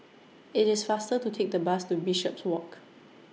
IT IS faster to Take The Bus to Bishopswalk